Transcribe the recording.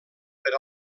per